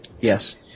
Yes